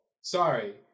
Sorry